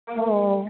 ହଉ